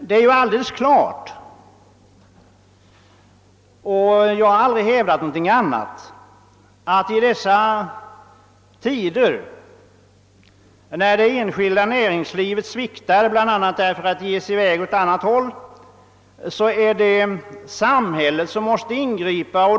Det är vidare alldeles klart — och jag har heller aldrig hävdat någon annan mening — att i dessa tider, när det enskilda näringslivet sviktar, bl.a. därför att det styr mot ett annat håll, är det samhället som måste ingripa.